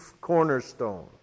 cornerstone